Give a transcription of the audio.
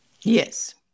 Yes